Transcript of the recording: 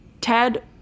Ted